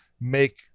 make